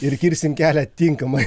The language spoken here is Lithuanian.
ir kirsim kelią tinkamai